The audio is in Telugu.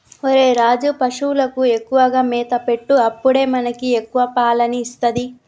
ఒరేయ్ రాజు, పశువులకు ఎక్కువగా మేత పెట్టు అప్పుడే మనకి ఎక్కువ పాలని ఇస్తది